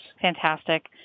Fantastic